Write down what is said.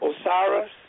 Osiris